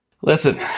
Listen